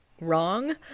wrong